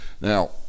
Now